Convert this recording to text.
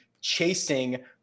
chasing